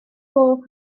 goch